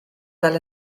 fel